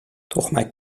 تخمک